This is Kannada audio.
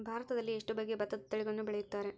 ಭಾರತದಲ್ಲಿ ಎಷ್ಟು ಬಗೆಯ ಭತ್ತದ ತಳಿಗಳನ್ನು ಬೆಳೆಯುತ್ತಾರೆ?